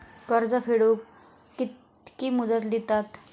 कर्ज फेडूक कित्की मुदत दितात?